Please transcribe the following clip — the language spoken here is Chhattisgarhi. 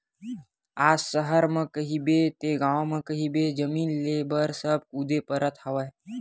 आज सहर म कहिबे ते गाँव म कहिबे जमीन लेय बर सब कुदे परत हवय